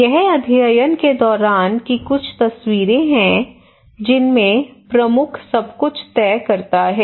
यह अध्ययन के दौरान की कुछ तस्वीरें हैं जिनमें प्रमुख सब कुछ तय करता है